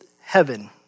heaven